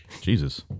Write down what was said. Jesus